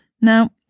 Now